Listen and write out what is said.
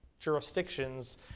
jurisdictions